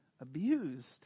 abused